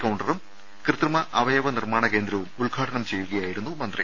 കൌണ്ടറും കൃത്രിമ അവയവ നിർമാണ കേന്ദ്രവും ഉദ്ഘാടനം ചെയ്യുകയായിരുന്നു മന്ത്രി